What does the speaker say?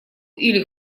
или